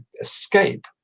escape